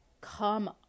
come